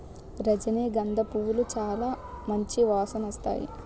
రజనీ గంధ పూలు సాలా మంచి వాసనొత్తాయి